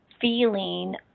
feeling